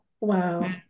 Wow